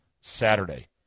Saturday